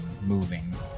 moving